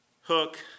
hook